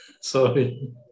Sorry